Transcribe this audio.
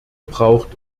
braucht